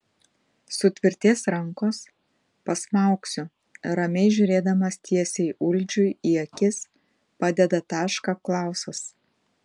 sutvirtės rankos pasmaugsiu ramiai žiūrėdamas tiesiai uldžiui į akis padeda tašką klausas